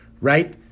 right